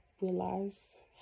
realize